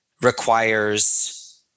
requires